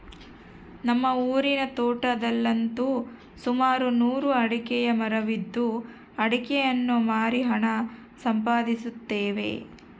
ನಮ್ಮ ಊರಿನ ತೋಟದಲ್ಲಂತು ಸುಮಾರು ನೂರು ಅಡಿಕೆಯ ಮರವಿದ್ದು ಅಡಿಕೆಯನ್ನು ಮಾರಿ ಹಣ ಸಂಪಾದಿಸುತ್ತೇವೆ